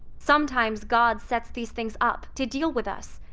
sometimes god sets these things up to deal with us,